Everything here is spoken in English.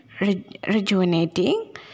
rejuvenating